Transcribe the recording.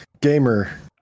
gamer